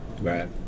right